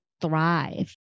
thrive